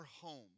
home